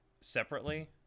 separately